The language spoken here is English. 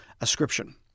ascription